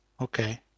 Okay